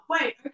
wait